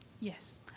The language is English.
Yes